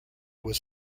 was